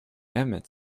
emmett